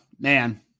man